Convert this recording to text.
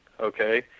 Okay